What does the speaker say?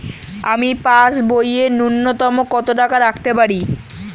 আমি পাসবইয়ে ন্যূনতম কত টাকা রাখতে পারি?